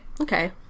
okay